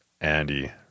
Andy